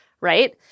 right